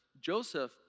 Joseph